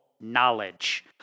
knowledge